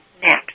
next